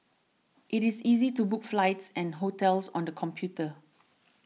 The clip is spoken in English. it is easy to book flights and hotels on the computer